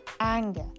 anger